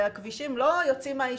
לא יוצאים מהיישוב,